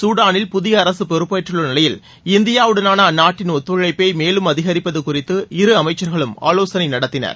சூடானில் புதிய அரசு பொறப்பேறறள்ள நிலையில் இந்தியாவுடனான அந்நாட்டின் ஒத்துழைப்பை மேலும் அதிகரிப்பது குறித்து இரு அமைச்சர்களும் ஆவோசனை நடத்தினர்